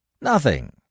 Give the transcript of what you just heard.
Nothing